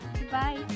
Goodbye